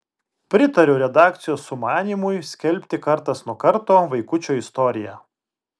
pritariu redakcijos sumanymui skelbti kartas nuo karto vaikučio istoriją